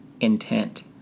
intent